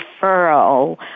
referral